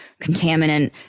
contaminant